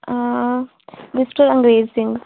mister Angrez Singh